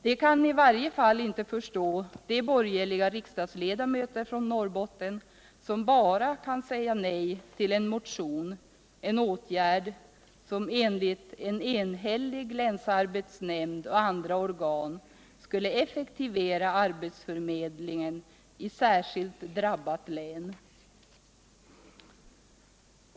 De kan i varje fall inte förstå de borgerliga riksdagsledamöter från Norrbotten som bara kan säga nej till en motion, en åtgärd, som enligt en enhällig länsarbetsnämnd och andra organ skulle effektivera arbetsförmedlingen i ett särskilt drabbat län.